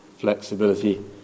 flexibility